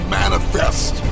manifest